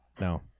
No